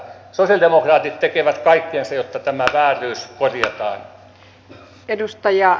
sosialidemokraatit tekevät kaikkensa jotta tämä vääryys korjataan